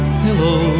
pillow